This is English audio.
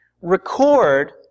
record